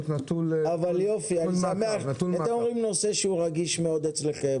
אתם מעלים נושא שהוא רגיש מאוד אצלכם.